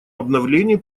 обновлении